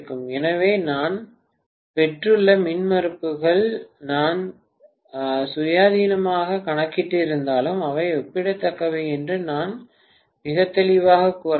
எனவே நான் பெற்றுள்ள மின்மறுப்புகள் நான் சுயாதீனமாகக் கணக்கிட்டிருந்தாலும் அவை ஒப்பிடத்தக்கவை என்று நான் மிகத் தெளிவாகக் கூற முடியும்